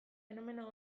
fenomeno